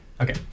Okay